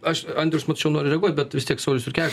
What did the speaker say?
aš andrius mačiau nori reaguot bet vis tiek saulius jurkevičius